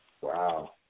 Wow